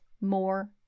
more